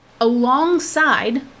alongside